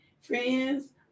friends